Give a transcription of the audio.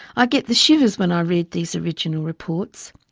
i get the shivers when i read these original reports.